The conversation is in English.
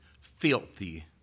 filthy